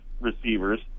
receivers